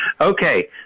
Okay